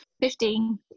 Fifteen